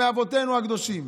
מאבותינו הקדושים.